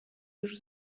już